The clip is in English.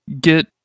get